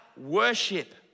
worship